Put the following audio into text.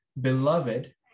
Beloved